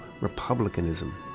republicanism